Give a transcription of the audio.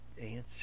answer